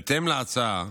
בהתאם להצעה,